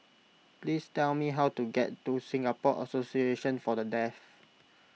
please tell me how to get to Singapore Association for the Deaf